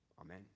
Amen